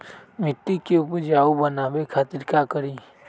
मिट्टी के उपजाऊ बनावे खातिर का करी?